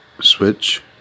Switch